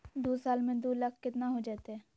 दू साल में दू लाख केतना हो जयते?